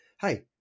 hey